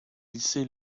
lycées